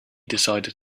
decided